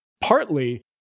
partly